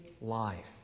life